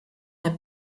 herr